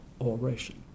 oration